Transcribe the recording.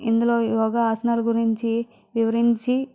ఇందులో యోగా ఆసనాలు గురించి వివరించి